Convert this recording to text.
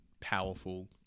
powerful